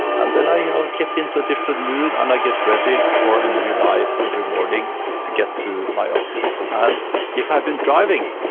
and then i you know get into a different mood and i get ready for a new life every morning to get to my office and if i've been driving,